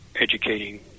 educating